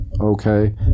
Okay